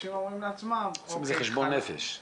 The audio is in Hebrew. עושים איזה חשבון נפש.